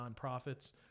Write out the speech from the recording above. nonprofits